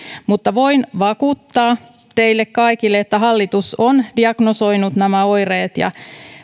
mutta voin vakuuttaa teille kaikille että hallitus on diagnosoinut nämä oireet ja